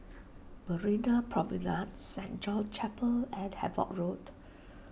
Marina Promenade Saint John's Chapel and Havelock Road